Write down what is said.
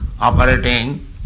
operating